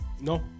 No